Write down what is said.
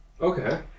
Okay